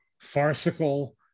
farcical